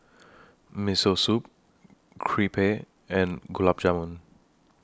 Miso Soup Crepe and Gulab Jamun